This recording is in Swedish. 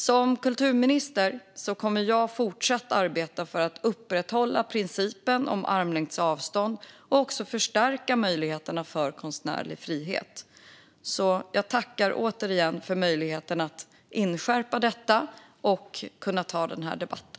Som kulturminister kommer jag att fortsätta att arbeta för att upprätthålla principen om armlängds avstånd och för att stärka förutsättningarna för konstnärlig frihet. Jag tackar därför för möjligheten att återigen inskärpa detta och ta debatten.